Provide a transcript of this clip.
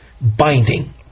binding